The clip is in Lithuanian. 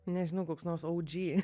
nežinau koks nors oudži